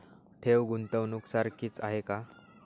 ठेव, गुंतवणूक सारखीच आहे का?